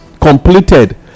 completed